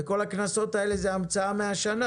וכל הקנסות האלה זה המצאה מהשנה,